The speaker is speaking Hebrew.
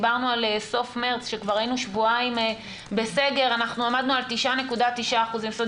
דיברנו על סוף מרץ כשכבר היינו שבועיים בסגר עמדנו על 9.9%. זאת אומרת,